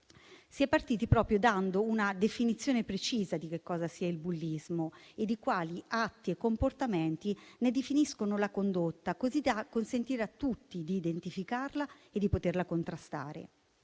Si è partiti proprio dando una definizione precisa del bullismo e di quali atti e comportamenti ne definiscono la condotta, così da consentire a tutti di identificarla e di poterla contrastare.